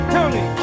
Tony